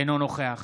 אינו נוכח